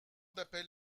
d’appel